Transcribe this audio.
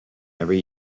every